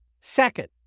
Second